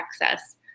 access